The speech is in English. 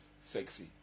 sexy